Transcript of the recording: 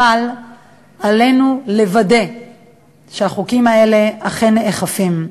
אבל עלינו לוודא שהחוקים האלה אכן נאכפים.